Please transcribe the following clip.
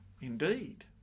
indeed